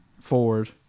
forward